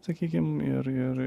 sakykim ir ir